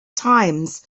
times